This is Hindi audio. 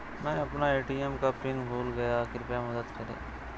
मै अपना ए.टी.एम का पिन भूल गया कृपया मदद करें